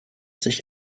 sich